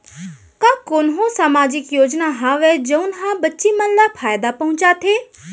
का कोनहो सामाजिक योजना हावय जऊन हा बच्ची मन ला फायेदा पहुचाथे?